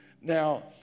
Now